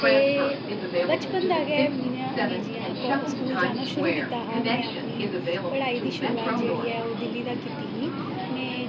ते बचपन दा गै में जि'यां आक्खो स्कूल जाना शुरू कीता हा में अपनी पढ़ाई दी शुरूआत जेह्ड़ी ऐ ओह् दिल्ली दा कीती ही में